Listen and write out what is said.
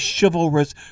chivalrous